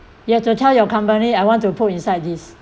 you have to tell your company I want to put inside this